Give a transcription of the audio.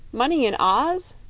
money in oz!